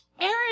Aaron